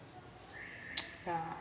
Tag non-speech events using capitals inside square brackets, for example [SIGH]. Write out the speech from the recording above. [NOISE] yeah